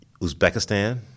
Uzbekistan